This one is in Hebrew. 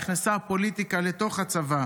לתוך הצבא.